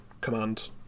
command